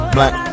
Black